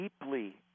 deeply